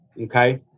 Okay